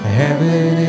heaven